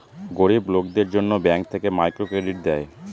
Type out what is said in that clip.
গরিব লোকদের জন্য ব্যাঙ্ক থেকে মাইক্রো ক্রেডিট দেয়